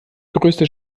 größte